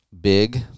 big